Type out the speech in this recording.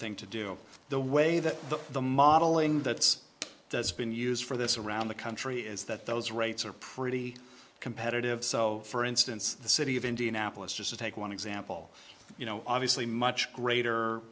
thing to do the way that the the modeling that's that's been used for this around the country is that those rates are pretty competitive so for instance the city of indianapolis just to take one example you know obviously much greater